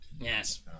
Yes